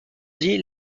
dit